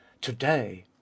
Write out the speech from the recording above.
Today